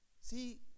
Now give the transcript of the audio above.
See